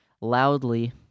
loudly